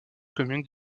commune